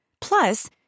Plus